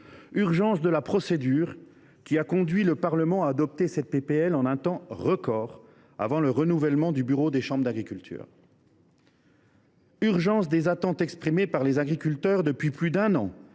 urgence de la procédure, qui a conduit le Parlement à adopter cette proposition de loi en un temps record, avant le renouvellement du bureau des chambres d’agriculture ; urgence des attentes exprimées par les agriculteurs depuis plus d’un an,